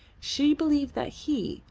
she believed that he,